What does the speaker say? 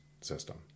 system